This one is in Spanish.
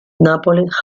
nápoles